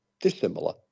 dissimilar